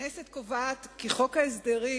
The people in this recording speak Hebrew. הכנסת קובעת כי חוק ההסדרים,